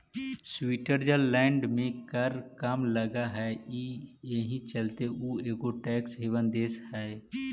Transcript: Switzerland में कर कम लग हई एहि चलते उ एगो टैक्स हेवन देश हई